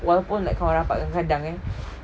walaupun kau rapat kadang-kadang eh